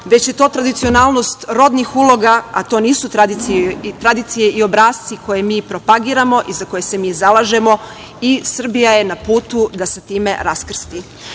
već je to tradicionalnost rodnih uloga, a to nisu tradicije i obrasci koje mi propagiramo i za koje se mi zalažemo i Srbija je na putu da sa time raskrsti.